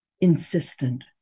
insistent